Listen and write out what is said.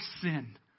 sin